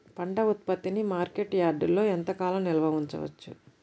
పంట ఉత్పత్తిని మార్కెట్ యార్డ్లలో ఎంతకాలం నిల్వ ఉంచవచ్చు?